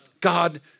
God